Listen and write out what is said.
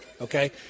okay